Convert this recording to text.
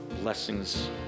blessings